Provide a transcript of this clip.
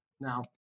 Now